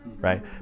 right